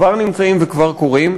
כבר נמצאים וכבר קורים.